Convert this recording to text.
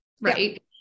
Right